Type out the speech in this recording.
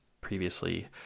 previously